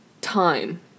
time